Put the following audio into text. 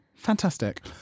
Fantastic